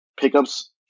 pickups